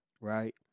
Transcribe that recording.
Right